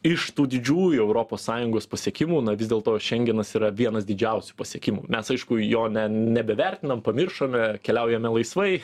iš tų didžiųjų europos sąjungos pasiekimų na vis dėlto šengenas yra vienas didžiausių pasiekimų mes aišku jo nebevertinam pamiršome keliaujame laisvai